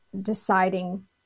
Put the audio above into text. deciding